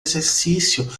exercício